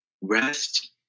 Rest